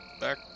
back